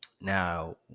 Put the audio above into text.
Now